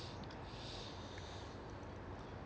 I